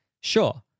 sure